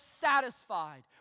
satisfied